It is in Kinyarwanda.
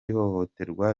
ihohoterwa